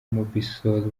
mobisol